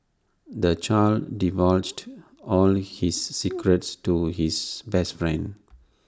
the child divulged all his secrets to his best friend